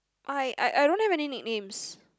I I I don't have any nicknames